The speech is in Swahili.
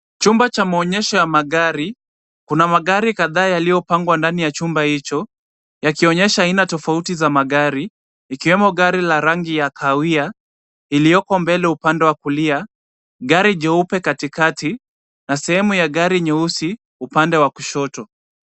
Chumba cha maonyesho ya magari. Kuna magari kadhaa yaliyopangwa ndani ya chumba hicho, yakionyesha aina tofauti za magari, ikiwemo gari la rangi ya kahawia ilioko mbele upande wa kulia, gari jeupe katikati na sehemu ya gari nyeusi upande wa kushoto.